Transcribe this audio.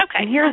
Okay